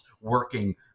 working